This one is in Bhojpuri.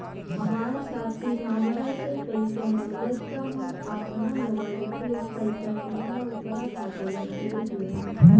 हमार साथी हामरा से पइसा मगलस त हम आपना मोबाइल से पइसा सीधा ओकरा खाता में भेज देहनी